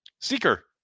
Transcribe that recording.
Seeker